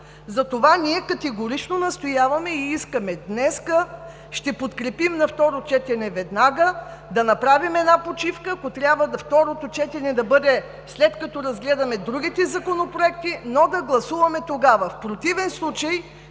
Затова ние категорично настояваме и искаме – днес ще подкрепим на второ четене, веднага да направим една почивка, ако трябва, второто четене да бъде след като разгледаме другите законопроекти, но да гласуваме тогава. В противен случай,